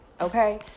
Okay